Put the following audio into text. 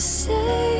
say